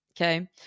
okay